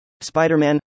Spider-Man